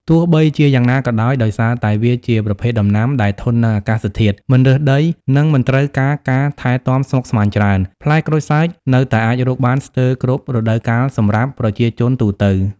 ទោះបីជាយ៉ាងណាក៏ដោយ ដោយសារតែវាជាប្រភេទដំណាំដែលធន់នឹងអាកាសធាតុ មិនរើសដី និងមិនត្រូវការការថែទាំស្មុគស្មាញច្រើន ផ្លែក្រូចសើចនៅតែអាចរកបានស្ទើរគ្រប់រដូវកាលសម្រាប់ប្រជាជនទូទៅ។